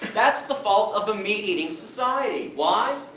that's the fault of a meat eating society! why?